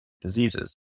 diseases